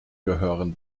gehören